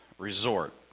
resort